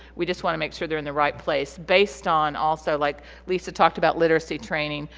we just want to make sure they're in the right place based on also like lisa talked about literacy training.